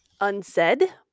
unsaid